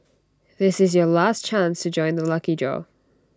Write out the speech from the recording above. this is your last chance to join the lucky draw